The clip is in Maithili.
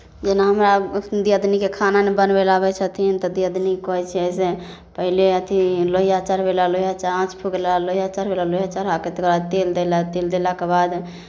जेना हमरा दियादिनीकेँ खाना नहि बनबै लए आबै छथिन तऽ दियादिनीकेँ कहै छियै अइसे पहिले अथि लोहिया चढ़बै लए लोहिया आँच फुकलक लोहिया चढ़ेलक लोहिया चढ़ा कऽ तकर बाद तेल देलक तेल देलाके बाद